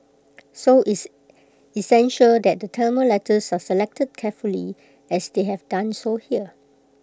so it's it's essential that the Tamil letters are selected carefully as they have done so here